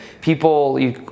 people